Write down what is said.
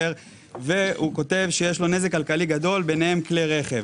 הוא כותב שיש לו נזק כלכלי גדול, ביניהם כלי רכב.